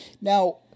Now